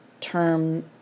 term